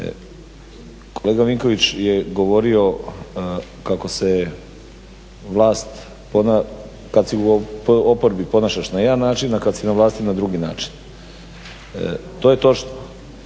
Kolega Vinković je govorio kako se vlast kad si u oporbi ponašaš na jedan način, a kad si na vlasti na drugi način. To je točno.